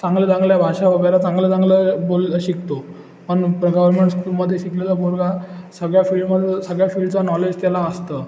चांगल्या चांगल्या भाषा वगैरे चांगलं चांगलं बोल शिकतो पण प गव्हर्मेंट स्कूलमध्ये शिकलेला पोरगा सगळ्या फील्डमध्ये सगळ्या फील्डचं नॉलेज त्याला असतं